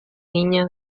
líneas